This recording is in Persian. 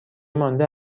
مانده